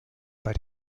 bei